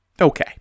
okay